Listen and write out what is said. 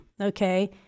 okay